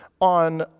on